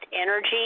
energy